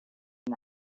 him